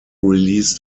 released